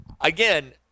again